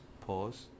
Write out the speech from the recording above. pause